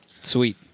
Sweet